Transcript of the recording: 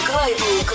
Global